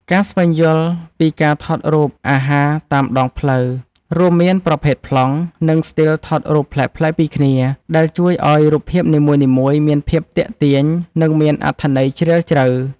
ការស្វែងយល់ពីការថតរូបអាហារតាមដងផ្លូវ រួមមានប្រភេទប្លង់ និងស្ទីលថតរូបប្លែកៗពីគ្នា ដែលជួយឱ្យរូបភាពនីមួយៗមានភាពទាក់ទាញ និងមានអត្ថន័យជ្រាលជ្រៅ។